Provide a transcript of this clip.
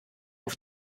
auf